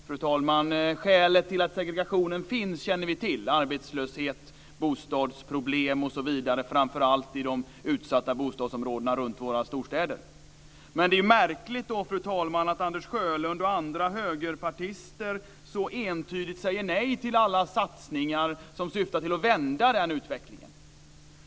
Fru talman! Skälet till att segregationen finns känner vi till: arbetslöshet, bostadsproblem, m.m., framför allt i de utsatta bostadsområdena runt våra storstäder. Men då är det märkligt, fru talman, att Anders Sjölund och andra högerpartister så entydigt säger nej till alla satsningar som syftar till att vända den utvecklingen.